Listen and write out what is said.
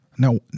Now